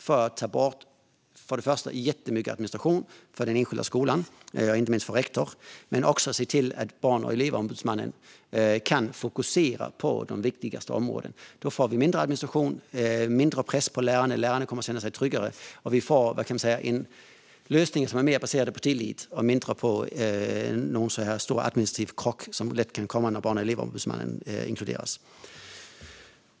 Detta för att ta bort jättemycket administration för den enskilda skolan och inte minst för rektorn men också för att se till att barn och elevombudsmannen kan fokusera på de viktigaste områdena. Då får vi mindre administration och mindre press på lärarna, som kommer att känna sig tryggare. Vi får en lösning som är baserad mer på tillit och mindre på en stor administrativ krock, som det lätt kan bli när barn och elevombudsmannen inkluderas.